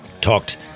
Talked